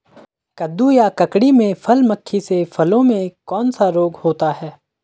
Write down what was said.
कद्दू या ककड़ी में फल मक्खी से फलों में कौन सा रोग होता है?